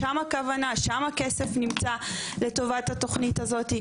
שם הכוונה שם הכסף נמצא לטובת התוכנית הזאת?